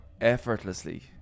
effortlessly